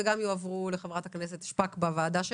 והם גם יועברו לחברת הכנסת שפק בוועדה שלה.